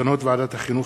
מסקנות ועדת החינוך,